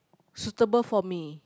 suitable for me